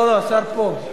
השר פה.